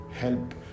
help